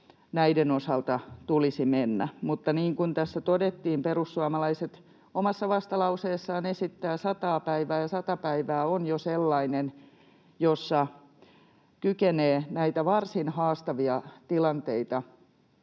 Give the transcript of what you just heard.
näiden osalta tulisi mennä. Mutta niin kuin tässä todettiin, perussuomalaiset omassa vastalauseessaan esittävät 100:aa päivää. 100 päivää on jo sellainen aika, jossa kykenee näitä varsin haastavia tilanteita